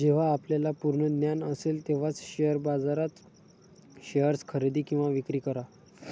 जेव्हा आपल्याला पूर्ण ज्ञान असेल तेव्हाच शेअर बाजारात शेअर्स खरेदी किंवा विक्री करा